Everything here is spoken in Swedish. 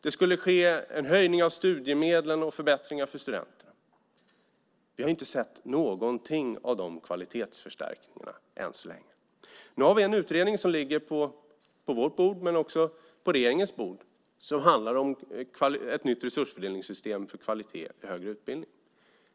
Det skulle ske en höjning av studiemedlen och göras förbättringar för studenterna. Vi har inte sett någonting av de kvalitetsförstärkningarna än så länge. Nu har vi en utredning som ligger på vårt bord men också på regeringens bord som handlar om ett nytt resursfördelningssystem för kvalitet i högre utbildning.